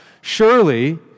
Surely